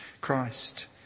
Christ